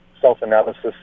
self-analysis